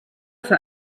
für